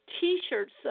T-shirts